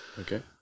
Okay